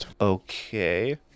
Okay